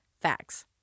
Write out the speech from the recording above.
facts